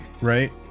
right